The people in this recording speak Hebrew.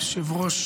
יושב-ראש